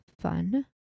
fun